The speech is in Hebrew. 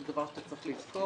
זה דבר שאתה צריך לזכור.